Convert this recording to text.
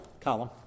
column